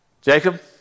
Jacob